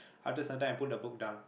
after some time I put the book down